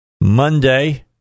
Monday